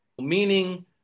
Meaning